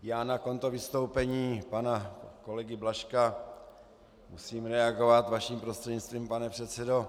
Já na konto vystoupení pana kolegy Blažka musím reagovat vaším prostřednictvím, pane předsedo.